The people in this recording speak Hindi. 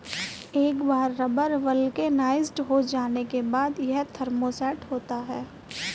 एक बार रबर वल्केनाइज्ड हो जाने के बाद, यह थर्मोसेट होता है